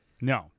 No